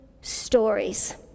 stories